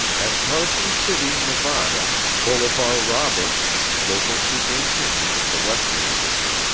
at carson city, nevada, bolivar roberts, local superintendent of the western division,